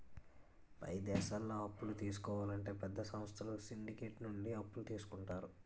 పై దేశాల్లో అప్పులు తీసుకోవాలంటే పెద్ద సంస్థలు సిండికేట్ నుండి అప్పులు తీసుకుంటారు